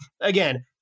again